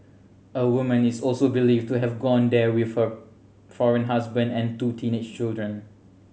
a woman is also believed to have gone there with her foreign husband and two teenage children